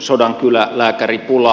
sodankylä lääkäripula